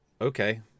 okay